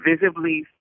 visibly